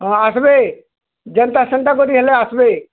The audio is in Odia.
ହଁ ଆସ୍ବେ ଯେନ୍ତା ସେନ୍ତା କରି ହେଲେ ଆସ୍ବେ